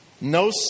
No